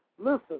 Listen